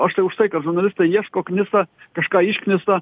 aš tai už tai kad žurnalistai ieško knisa kažką išknisa